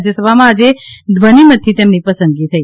રાજ્યસભામાં આજે ધ્વનિમતથી તેમની પસંદગી થઈ